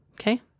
Okay